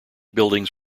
buildings